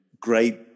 great